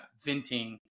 venting